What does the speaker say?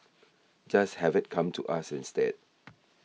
just have it come to us instead